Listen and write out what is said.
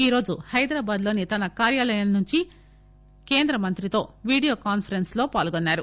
ఈ రోజు హైదరాబాదులోని తన కార్యాలయం నుండి కేంద్ర మంత్రితో వీడియో కాన్పరెన్స్లో పాల్గొన్నారు